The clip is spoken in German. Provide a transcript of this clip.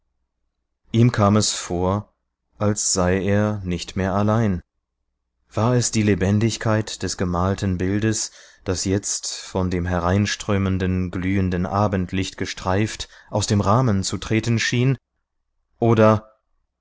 ihm kam es vor als sei er nicht mehr allein war es die lebendigkeit des gemalten bildes das jetzt von dem hereinströmenden glühenden abendlicht gestreift aus dem rahmen zu treten schien oder